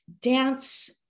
dance